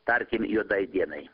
tarkim juodai dienai